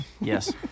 yes